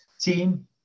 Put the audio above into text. team